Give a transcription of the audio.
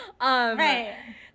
Right